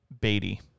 Beatty